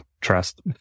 trust